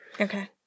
Okay